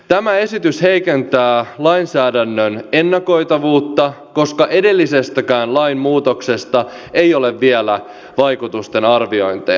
tämä esitys heikentää lainsäädännön ennakoitavuutta koska edellisestäkään lainmuutoksesta ei ole vielä vaikutusten arviointeja